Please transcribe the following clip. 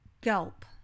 Gulp